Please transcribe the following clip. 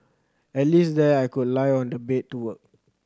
at least there I could lie on the bed to work